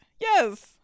Yes